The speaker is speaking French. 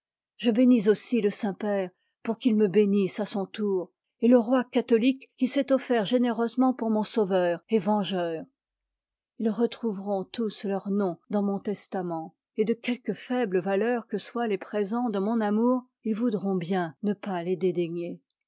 je bénis aussi le saint père pour qu'il me bénisse à son tour et le roi catholique qui s'est offert généreusement pour mon sauveur et vengeur s retrouveront tous leur nom dans mon testament et de quelque faible valeur que soient les présents de mon amour ils voudront bien ne pas les dédaigner